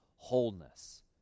wholeness